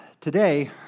today